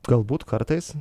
galbūt kartais